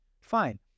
Fine